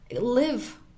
live